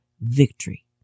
victory